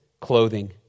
clothing